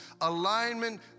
Alignment